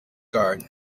guards